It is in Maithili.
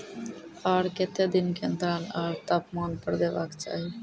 आर केते दिन के अन्तराल आर तापमान पर देबाक चाही?